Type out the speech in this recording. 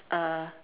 uh